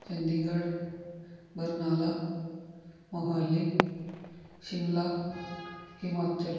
Chandigarh Barnala Mohali Shimla Himachal